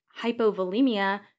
hypovolemia